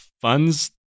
funds